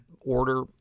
order